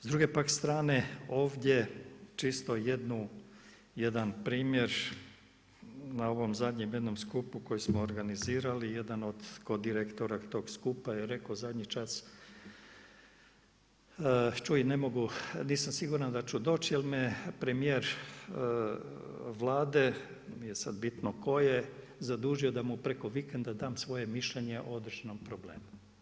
S druge pak strane ovdje čisto jedan primjer na ovom zadnjem jednom skupu koji smo organizirali, jedan od direktora tog skupa je rekao zadnji čas čuj ne mogu, nisam siguran da ću doći jer me premijer Vlade, nije sad bitno koje, zadužio da mu preko vikenda dam svoje mišljenje o određenom problemu.